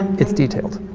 it's detailed.